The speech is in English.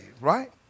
right